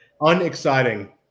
Unexciting